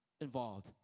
involved